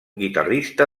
guitarrista